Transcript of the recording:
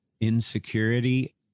insecurity